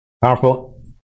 Powerful